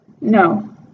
No